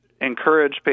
encourage